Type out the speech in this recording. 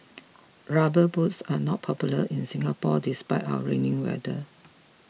rubber boots are not popular in Singapore despite our rainy weather